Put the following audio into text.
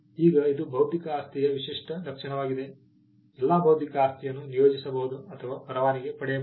ಈಗ ಇದು ಬೌದ್ಧಿಕ ಆಸ್ತಿಯ ವಿಶಿಷ್ಟ ಲಕ್ಷಣವಾಗಿದೆ ಎಲ್ಲಾ ಬೌದ್ಧಿಕ ಆಸ್ತಿಯನ್ನು ನಿಯೋಜಿಸಬಹುದು ಅಥವಾ ಪರವಾನಗಿ ಪಡೆಯಬಹುದು